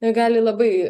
gali labai